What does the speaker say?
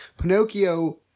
Pinocchio